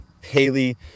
Haley